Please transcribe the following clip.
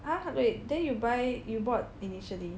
!huh! wait then you buy you bought initially